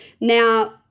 Now